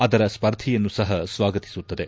ಅದರ ಸ್ಪರ್ಧೆಯನ್ನು ಸಹ ಸ್ವಾಗತಿಸುತ್ತದೆ